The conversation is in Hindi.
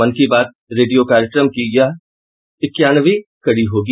मन की बात रेडियो कार्यक्रम की यह इक्यावनवीं कड़ी होगी